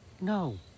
no